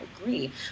agree